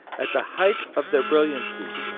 at the height of their brilliancy.